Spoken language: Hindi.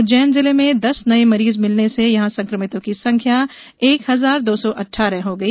उज्जैन जिले में दस नये मरीज मिलने से यहां सक्रमितों की संख्या एक हजार दो सौ अठारह हो गई